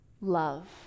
Love